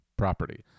property